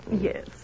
Yes